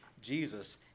Jesus